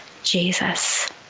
Jesus